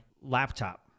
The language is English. laptop